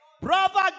Brother